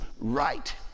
right